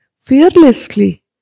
fearlessly